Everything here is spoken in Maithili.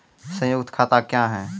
संयुक्त खाता क्या हैं?